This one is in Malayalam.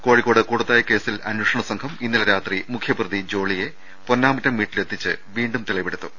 കോഴിക്കോട് കൂടത്തായി കേസിൽ അന്വേഷണ സംഘം ഇന്നലെ രാത്രി മുഖ്യപ്രതി ജോളിയെ പൊന്നാമറ്റം വീട്ടി ലെത്തിച്ച് വീണ്ടും തെളിവെടുത്തു